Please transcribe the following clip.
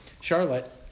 Charlotte